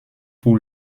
pour